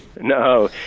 No